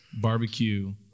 barbecue –